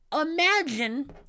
imagine